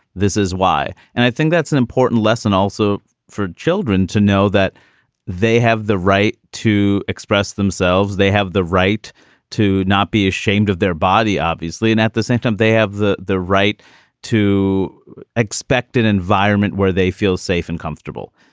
this is why and i think that's an important lesson also for children to know that they have the right to express themselves. they have the right to not be ashamed of their body, obviously. and at the same time, they have the the right to expect an environment where they feel safe and comfortable.